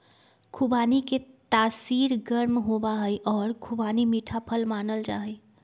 खुबानी के तासीर गर्म होबा हई और खुबानी मीठा फल मानल जाहई